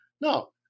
No